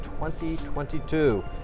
2022